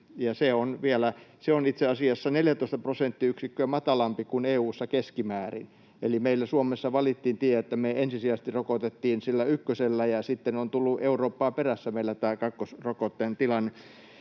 se on itse asiassa 14 prosenttiyksikköä matalampi kuin EU:ssa keskimäärin. Eli meillä Suomessa valittiin tie, että me ensisijaisesti rokotettiin sillä ykkösellä ja sitten meillä on tullut Eurooppaa perässä tämä kakkosrokotteen tilanne.